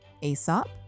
Aesop